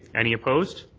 any opposed?